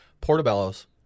portobello's